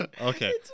Okay